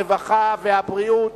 הרווחה והבריאות,